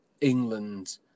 England